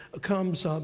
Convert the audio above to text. comes